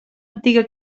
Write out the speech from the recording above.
antiga